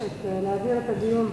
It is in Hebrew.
מבקשת להעביר את הדיון.